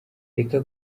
reka